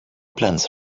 plans